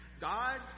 God